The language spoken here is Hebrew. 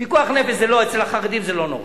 פיקוח נפש אצל החרדים זה לא נורא.